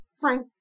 Frank